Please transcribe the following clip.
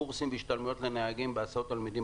קורסים והשתלמויות לנהגים בהסעות תלמידים.